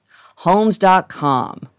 homes.com